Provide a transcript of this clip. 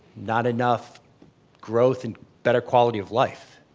not enough growth and better quality of life.